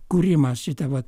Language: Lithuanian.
kūrimas šito vat